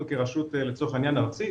אנחנו כרשות לצורך העניין ארצית.